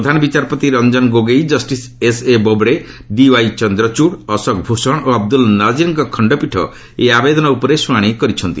ପ୍ରଧାନ ବିଚାରପତି Ranjan Gogoi justice S A Bobde D Y Chandrachud Ashok Bhushan ଓ ଅବଦୁଲ ନାଜିର୍ଙ୍କ ଖଣ୍ଡପୀଠ ଏହି ଆବେଦନ ଉପରେ ଶୁଣାଣି କରିଛନ୍ତି